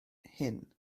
hyn